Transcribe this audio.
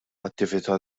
attività